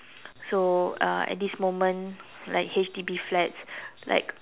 so uh at this moment like H_D_B flats like